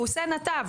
הוא רק נתב,